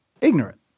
ignorant